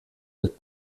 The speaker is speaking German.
mit